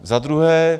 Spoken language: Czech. Za druhé.